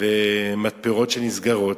ומתפרות שנסגרות,